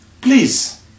Please